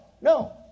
no